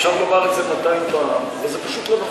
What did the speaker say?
אפשר לומר את זה 200 פעם, וזה פשוט לא נכון.